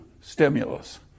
stimulus